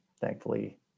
thankfully